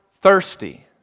thirsty